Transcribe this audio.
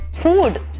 Food